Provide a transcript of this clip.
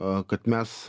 a kad mes